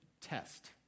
test